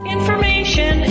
Information